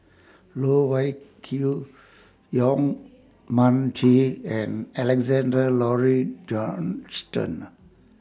Loh Wai Kiew Yong Mun Chee and Alexander Laurie Johnston